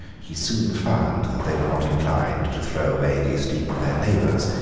he soon found that they were not inclined to throw away the esteem of their neighbours,